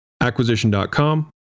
Acquisition.com